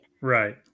Right